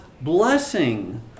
blessing